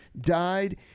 died